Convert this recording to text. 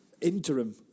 interim